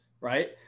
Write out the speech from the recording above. Right